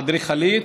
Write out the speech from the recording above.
אדריכלית,